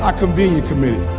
ah convenient committed.